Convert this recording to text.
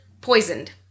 poisoned